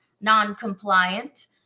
non-compliant